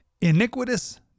iniquitous